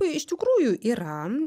iš tikrųjų yra